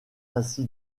ainsi